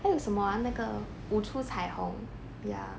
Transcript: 还有什么啊那个舞出彩虹 ya